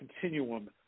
continuum